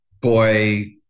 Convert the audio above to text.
boy